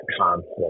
conflict